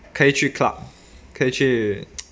可以去 club 可以去